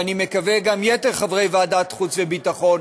ואני מקווה שגם יתר חברי ועדת חוץ וביטחון,